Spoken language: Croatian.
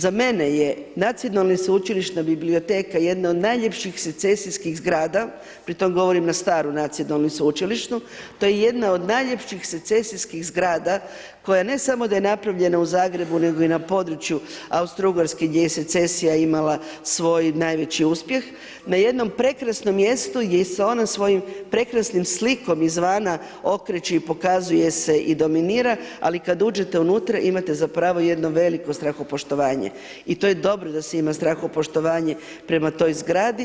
Za mene je Nacionalna i Sveučilišna biblioteka jedna od najljepših secesijskih zgrada, pri tom govorim na staru Nacionalnu i Sveučilišnu, to je jedna od najljepših secesijskih zgrada koja je, ne samo da je napravljena u Zagrebu, nego i na području Austro-Ugarske gdje je secesija imala svoj najveći uspjeh, na jednom prekrasnom mjestu gdje se ona svojim prekrasnim slikom izvana okreće i pokazuje se i dominira, ali kada uđete unutra, imate zapravo jedno veliko strahopoštovanje i to je dobro da se ima strahopoštovanje prema toj zgradi.